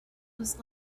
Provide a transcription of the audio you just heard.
was